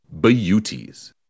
beauties